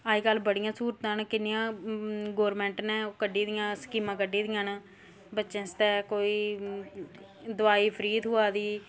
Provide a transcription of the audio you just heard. अज्ज कल्ल बड़ियां स्हूलतां नै किन्नियां गौरमैंट ने कड्डी दियां स्कीमां कड्डी दियां न बच्चें आस्तै कोई दवाई फ्री थ्होआ दी